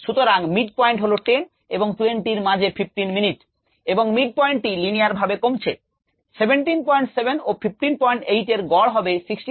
সুতরাং mid point হল 10 এবং 20 মাঝে 15 মিনিট এবং mid point টি linear ভাবে কমছে 177 ও 158 এর গড় হবে 1675